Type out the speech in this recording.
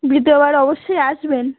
দ্বিতীয় বার অবশ্যই আসবেন